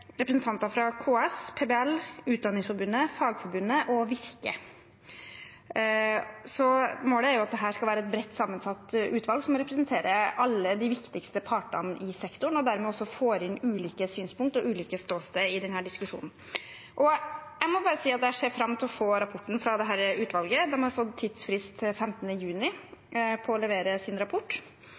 representanter fra KS, PBL, Utdanningsforbundet, Fagforbundet og Virke. Målet er at dette skal være et bredt sammensatt utvalg som representerer alle de viktigste partene i sektoren, og dermed også får inn ulike synspunkt og ulike ståsteder i denne diskusjonen. Jeg må bare si at jeg ser fram til å få rapporten fra dette utvalget. De har fått tidsfrist til 15. juni på å levere sin rapport.